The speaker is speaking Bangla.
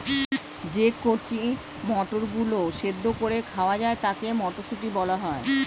যে কচি মটরগুলো সেদ্ধ করে খাওয়া যায় তাকে মটরশুঁটি বলা হয়